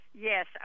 yes